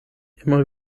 immer